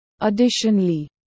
Additionally